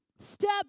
step